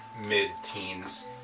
mid-teens